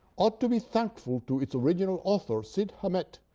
ought to be thankful to its original author, cid hamet,